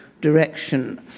direction